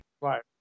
right